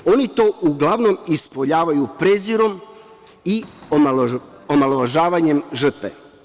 Oni to uglavnom ispoljavaju prezirom i omalovažavanjem žrtve.